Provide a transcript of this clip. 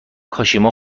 کاشیما